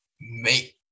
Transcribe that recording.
make